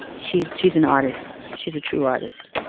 she's she's an artist. she's a true artist,